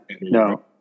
No